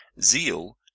zeal